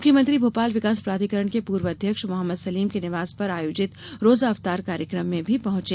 मुख्यमंत्री भोपाल विकास प्राधिकरण के पूर्व अध्यक्ष मो सलीम के निवास पर आयोजित रोजा इफ्तार कार्यक्रम में भी पहुंचे